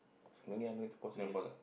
no need ah no need to pause already ah